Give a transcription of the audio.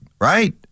right